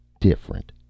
different